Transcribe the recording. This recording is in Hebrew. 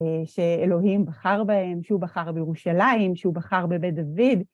שאלוהים בחר בהם, שהוא בחר בירושלים, שהוא בחר בבית דוד.